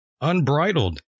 Unbridled